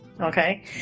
Okay